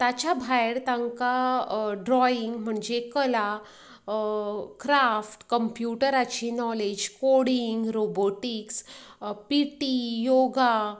ताच्या भायर तांकां ड्रॉईंग म्हणजे कला क्राफ्ट कंप्यूटराची knowledge coding robotics PT yoga